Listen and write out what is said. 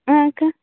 अहाँके